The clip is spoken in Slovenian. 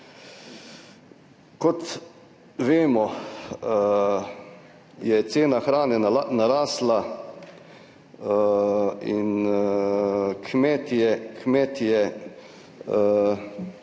Kot vemo je cena hrane narasla in kmetje